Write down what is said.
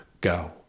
go